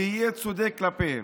שיהיה צודק כלפיהם.